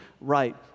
right